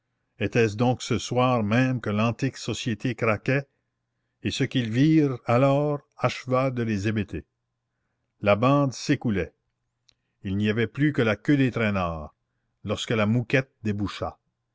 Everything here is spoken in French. était-ce donc ce soir même que l'antique société craquait et ce qu'ils virent alors acheva de les hébéter la bande s'écoulait il n'y avait plus que la queue des traînards lorsque la mouquette déboucha